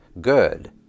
good